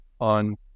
on